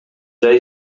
жай